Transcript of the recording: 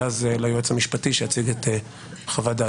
ואז ליועץ המשפטי שיציג את חוות-דעתו.